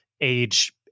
age